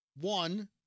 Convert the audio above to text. One